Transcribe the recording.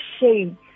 shame